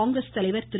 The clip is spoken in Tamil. காங்கிரஸ் தலைவர் திரு